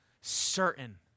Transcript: certain